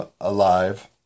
alive